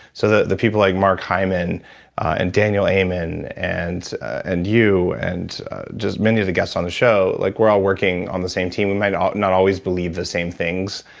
so the the people like mark hyman and daniel amen and and you and just many of the guest on the show, like we're all working on the same team we might not always believe the same things,